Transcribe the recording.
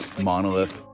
monolith